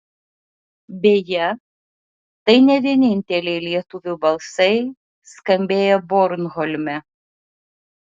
beje tai ne vieninteliai lietuvių balsai skambėję bornholme